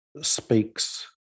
speaks